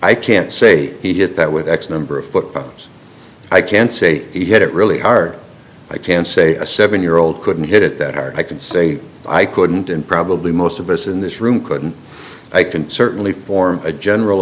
i can't say he did that with x number of foot problems i can say he hit really hard i can say a seven year old couldn't hit it that or i could say i couldn't and probably most of us in this room couldn't i can certainly form a general